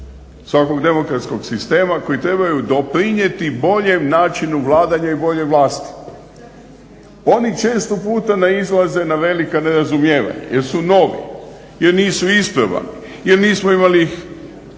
svakog demokratskog sistema koji trebaju doprinijeti boljem načinu vladanja i boljoj vlasti. Oni često puta nailaze na velika nerazumijevanja jer su novi, jer nisu isprobani, jer nismo imali ih